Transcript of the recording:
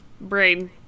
Brain